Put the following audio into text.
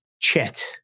chet